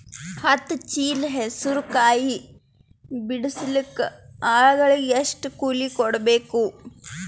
ಹತ್ತು ಚೀಲ ಹೆಸರು ಕಾಯಿ ಬಿಡಸಲಿಕ ಆಳಗಳಿಗೆ ಎಷ್ಟು ಕೂಲಿ ಕೊಡಬೇಕು?